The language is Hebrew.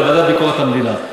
לוועדת ביקורת המדינה.